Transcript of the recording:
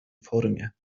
formie